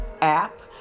app